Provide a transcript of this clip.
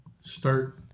start